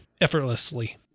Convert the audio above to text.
effortlessly